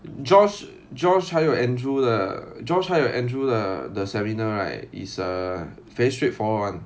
josh josh 还有 andrew 的 josh 还有 andrew 的的 seminar right is uh very straightforward